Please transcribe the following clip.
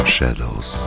Shadows